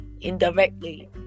indirectly